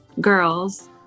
girls